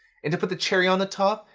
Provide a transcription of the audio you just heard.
and to put the cherry on the top,